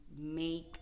make